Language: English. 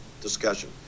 discussion